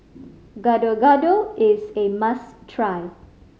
Gado Gado is a must try